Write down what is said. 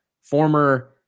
former –